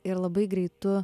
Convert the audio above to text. ir labai greitu